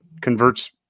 converts